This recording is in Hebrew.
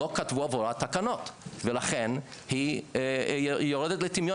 לא כתבו עבורה תקנות ולכן היא יורדת לטמיון